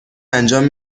انجام